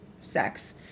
sex